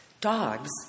Dogs